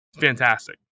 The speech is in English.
Fantastic